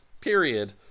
period